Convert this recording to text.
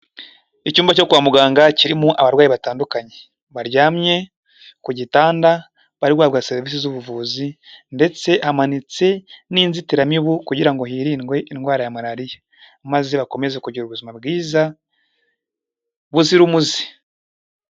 Icyumba cyo kwa muganga kirimo abarwayi batandukanye, baryamye ku gitanda bari guhabwa serivisi z'ubuvuzi ndetse hamanitse n'inzitiramibu kugira ngo hirindwe indwara ya malariya, maze bakomeze kugira ubuzima bwiza buzira umuze.